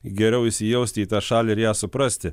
geriau įsijausti į tą šalį ir ją suprasti